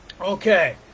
okay